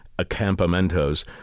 acampamentos